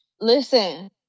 listen